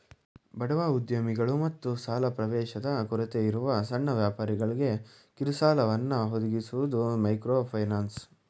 ಬಡವ ಉದ್ಯಮಿಗಳು ಮತ್ತು ಸಾಲ ಪ್ರವೇಶದ ಕೊರತೆಯಿರುವ ಸಣ್ಣ ವ್ಯಾಪಾರಿಗಳ್ಗೆ ಕಿರುಸಾಲಗಳನ್ನ ಒದಗಿಸುವುದು ಮೈಕ್ರೋಫೈನಾನ್ಸ್